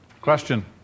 Question